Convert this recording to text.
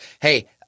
Hey